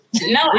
No